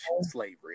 slavery